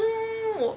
no